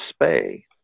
spay